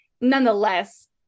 nonetheless